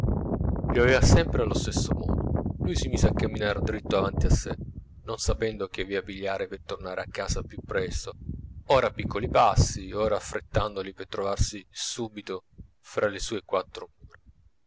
pioveva sempre allo stesso modo lui si mise a camminar dritto avanti a sè non sapendo che via pigliare per tornare a casa più presto ora a piccoli passi ora affrettandoli per trovarsi subito fra le sue quattro mura